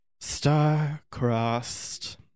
Star-crossed